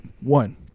one